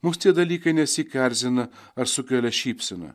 mus tie dalykai nesyk erzina ar sukelia šypseną